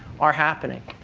are happening.